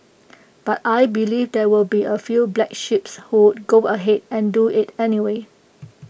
but I believe there will be A few black sheeps who would go ahead and do IT anyway